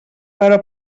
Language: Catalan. però